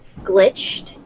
glitched